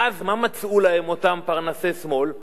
ואז מה מצאו להם, אותם פרנסי שמאל?